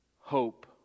Hope